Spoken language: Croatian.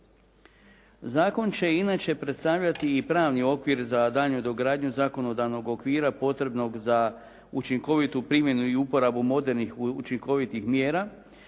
Zakon će inače predstavlja i pravni okvir za daljnju dogradnju zakonodavnog okvira potrebnog za učinkovitu primjenu i uporabu modernih učinkovitih mjera